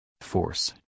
Force